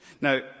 Now